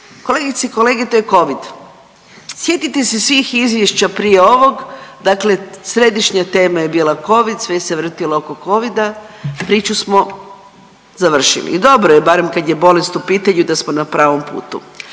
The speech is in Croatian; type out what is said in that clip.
Kolegice i kolege to je covid. Sjetite se svih izvješća prije ovog. Dakle, središnja tema je bila covid, sve se vrtilo oko covida, priču smo završili. I dobro je barem kad je bolest u pitanju da smo na pravom putu.